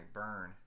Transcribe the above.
burn